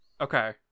Okay